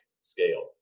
scale